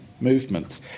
movement